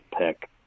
pick